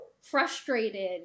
frustrated